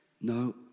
No